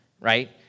right